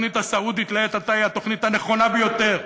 התוכנית הסעודית לעת-עתה היא התוכנית הנכונה ביותר,